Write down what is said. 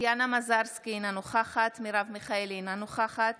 טטיאנה מזרסקי, אינה נוכחת מרב מיכאלי, אינה נוכחת